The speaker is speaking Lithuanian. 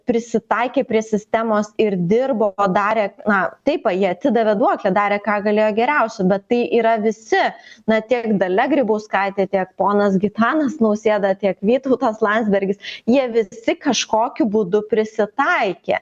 prisitaikė prie sistemos ir dirbo padarę na taip jie atidavė duoklę darė ką galėjo geriausio bet tai yra visi na tiek dalia grybauskaitė tiek ponas gitanas nausėda tiek vytautas landsbergis jie visi kažkokiu būdu prisitaikė